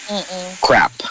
crap